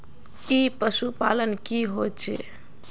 ई पशुपालन की होचे?